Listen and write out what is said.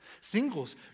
Singles